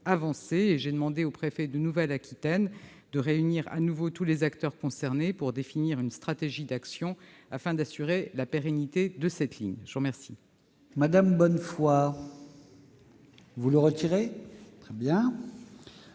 J'ai demandé au préfet de Nouvelle-Aquitaine de réunir de nouveau tous les acteurs concernés pour définir une stratégie d'action, afin d'assurer la pérennité de cette ligne. Madame